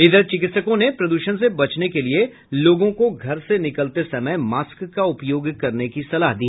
इधर चिकित्सकों ने प्रदूषण से बचने के लिए लोगों को घर से निकलते समय मास्क का उपयोग करने की सलाह दी